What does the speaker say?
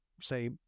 say